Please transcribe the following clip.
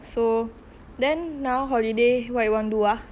so then now holiday what you want do ah